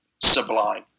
sublime